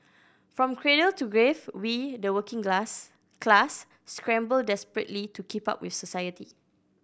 from cradle to grave we the working glass class scramble desperately to keep up with society